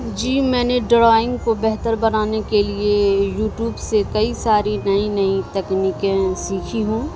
جی میں نے ڈرائنگ کو بہتر بنانے کے لیے یوٹیوب سے کئی ساری نئی نئی تکنیکیں سیکھی ہوں